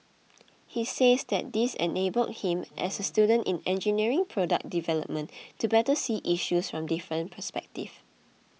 he says that this enabled him as a student in engineering product development to better see issues from different perspectives